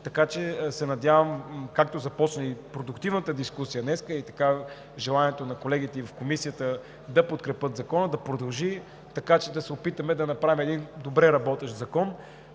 така че се надявам, така както започна продуктивната дискусия днес, такова е и желанието на колегите и в Комисията, да подкрепят Закона, да продължи, така че да се опитаме да направим един добре работещ закон,